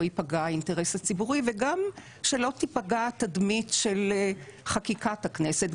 ייפגע האינטרס הציבורי גם שלא תיפגע התדמית של חקיקת הכנסת,